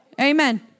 Amen